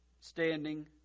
standing